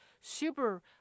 super